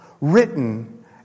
written